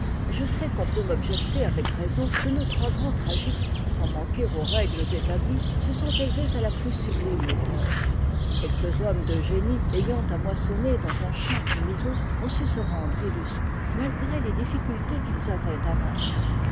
je sais qu'on peut m'objecter avec raison que nos trois grands tragiques sans manquer aux règtes établies se sont élevés à la plus sublime hauteur quelques hommes de génie ayant à moissonner dans un champ tout nouveau ont su se rendre illustres malgré les difficultés qu'ils avaient à vaincre